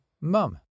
Mum